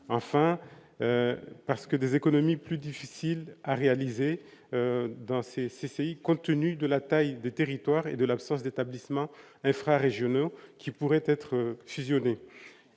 enfin, parce que des économies plus difficile à réaliser dans ces 6 pays compte tenu de la taille des territoires et de l'absence d'établissements frais régionaux qui pourraient être fusionnées